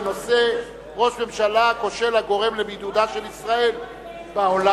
בנושא: ראש ממשלה כושל הגורם לבידודה של ישראל בעולם,